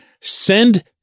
Send